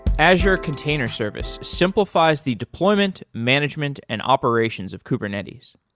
azure container service simplifies the deployment, management and operations of kubernetes.